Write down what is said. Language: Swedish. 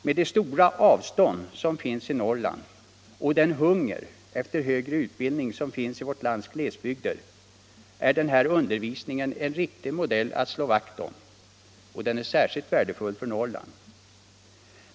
Med de stora avstånd som finns i Norrland och den ”hunger” efter utbildning som finns i vårt lands glesbygder är den här undervisningen en riktig modell att slå vakt om. Och den är särskilt värdefull för Norrland.